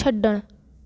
छॾणु